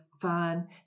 fun